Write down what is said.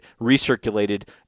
recirculated